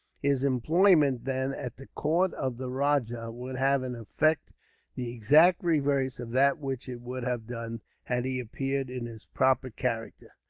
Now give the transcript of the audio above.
his employment, then, at the court of the rajah, would have an effect the exact reverse of that which it would have done, had he appeared in his proper character.